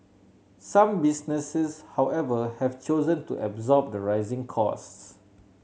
some businesses however have chosen to absorb the rising costs